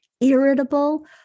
irritable